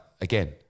again